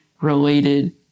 related